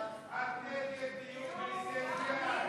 ההסתייגות של קבוצת סיעת מרצ,